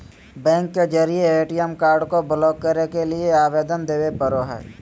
bank के जरिए ATM card को ब्लॉक करे के लिए आवेदन देबे पड़ो हइ